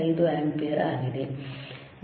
5 ampere ಆಗಿದೆ